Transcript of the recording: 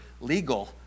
legal